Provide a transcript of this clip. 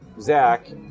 Zach